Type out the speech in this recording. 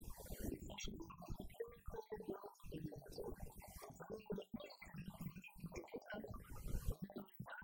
או שהשליח הופך להיות גולם שקם על יוצרו והשאלה אם אני שאני פוגש את השליח האם אני מודע ל..